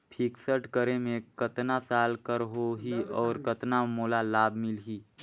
Fixed करे मे कतना साल कर हो ही और कतना मोला लाभ मिल ही?